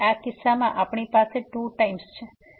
તેથી આ કિસ્સામાં આપણી પાસે આ 2 ટાઈમ્સ છે